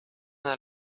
out